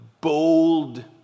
bold